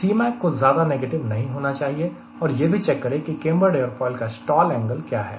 Cmac को ज्यादा negative नहीं होना चाहिए और यह भी चेक करें की कैंबर्ड एयरोफॉयल का स्टॉल एंगल क्या है